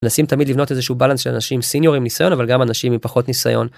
נשים תמיד לבנות איזשהו בלנס של אנשים סיניורים ניסיון אבל גם אנשים עם פחות ניסיון.